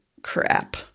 Crap